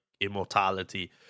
immortality